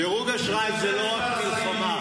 דירוג האשראי זה לא רק מלחמה.